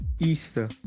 Easter